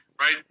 right